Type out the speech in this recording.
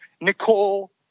Nicole